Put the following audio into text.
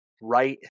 right